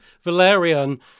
Valerian